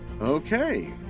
Okay